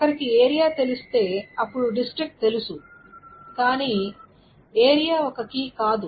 ఒకరికి ఏరియా తెలిస్తే అప్పుడు డిస్ట్రిక్ట్ తెలుసు కాని ప్రాంతం ఒక కీ కాదు